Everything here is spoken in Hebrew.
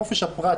חופש הפרט,